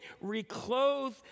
reclothe